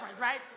right